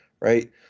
right